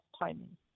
timing